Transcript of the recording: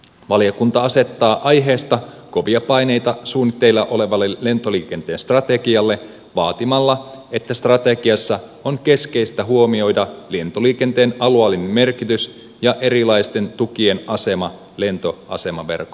valiokunta asettaa aiheesta kovia paineita suunnitteilla olevalle lentoliikenteen strategialle vaatimalla että strategiassa on keskeistä huomioida lentoliikenteen avoin merkitys ja erilaisten tukien asema lento aseman berg